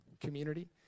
community